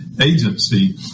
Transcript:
agency